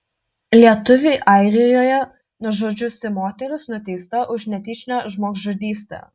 lietuvį airijoje nužudžiusi moteris nuteista už netyčinę žmogžudystę